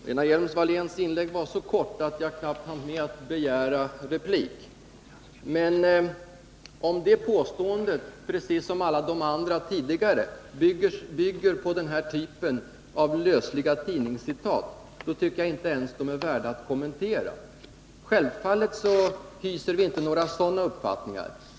Herr talman! Lena Hjelm-Walléns inlägg var så kort att jag knappt hann begära replik. Om hennes fråga precis som alla hennes andra påståenden bygger på lösliga tidningscitat tycker jag att den inte ens är värd att kommentera. Självfallet har vi ingen sådan uppfattning.